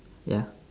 ya